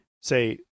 say